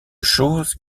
chose